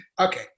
Okay